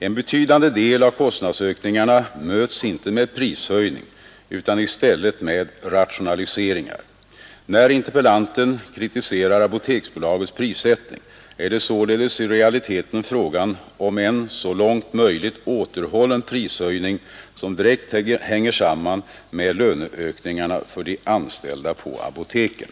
En betydande del av kostnadsökningarna möts inte med prishöjning utan i stället med rationaliseringar. När interpellanten kritiserar Apoteksbolagets prissättning är det således i realiteten fråga om en så långt möjligt återhållen prishöjning som direkt hänger samman med löneökningarna för de anställda på apoteken.